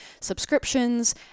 subscriptions